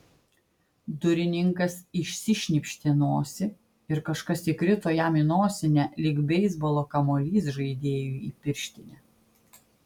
durininkas išsišnypštė nosį ir kažkas įkrito jam į nosinę lyg beisbolo kamuolys žaidėjui į pirštinę